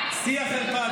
שיא החרפה,